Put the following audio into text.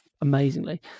amazingly